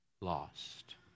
lost